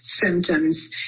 symptoms